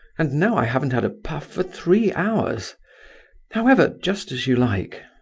and now i haven't had a puff for three hours however, just as you like.